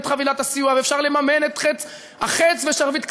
חבילת הסיוע ואפשר לממן את החץ ו"שרביט קסמים"